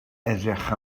edrych